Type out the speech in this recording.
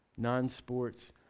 non-sports